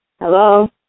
hello